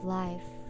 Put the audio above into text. life